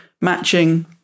matching